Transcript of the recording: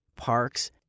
parks